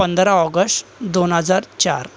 पंधरा ऑगस्ट दोन हजार चार